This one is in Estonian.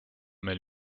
meil